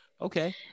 Okay